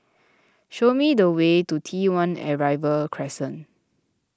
show me the way to T one Arrival Crescent